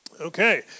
Okay